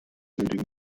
nötigen